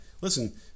Listen